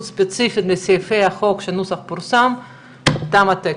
ספציפית לסעיפי החוק כשהנוסח פורסם תם הטקס.